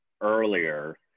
earlier